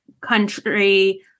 country